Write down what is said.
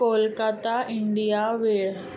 Kolkata India वेळ